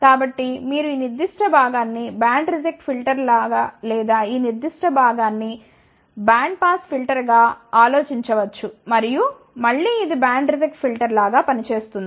కాబట్టి మీరు ఈ నిర్దిష్ట భాగాన్ని బ్యాండ్ రిజెక్ట్ ఫిల్టర్గా లేదా ఈ నిర్దిష్ట భాగాన్ని బ్యాండ్ పాస్ ఫిల్టర్గా ఆలోచించవచ్చు మరియు మళ్ళీ ఇది బ్యాండ్ రిజెక్ట్ ఫిల్టర్గా పని చేస్తుంది